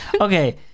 Okay